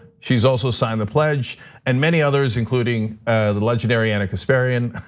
she's also signed the pledge and many others including the legendary anna kasparian,